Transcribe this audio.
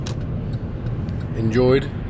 enjoyed